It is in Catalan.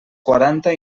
quaranta